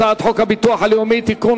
הצעת חוק הביטוח הלאומי (תיקון,